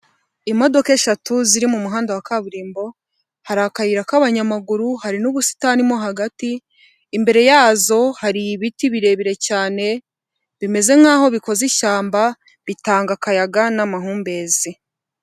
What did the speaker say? Imodoka eshatu ziri mu muhanda wa kaburimbo, hari akayira k'abanyamaguru hari n'ubusitani mo hagati, imbere yazo hari ibiti birebire cyane bimeze nk'aho bikoze ishyamba bitanga akayaga n'amahumbezi.